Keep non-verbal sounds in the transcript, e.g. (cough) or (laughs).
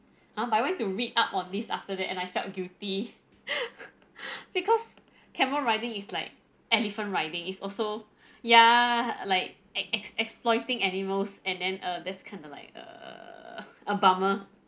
ha I went to read up on this after that and I felt guilty (laughs) because camel riding is like elephant riding it's also ya like ex~ ex~ exploiting animals and then uh this kind of like err a bummer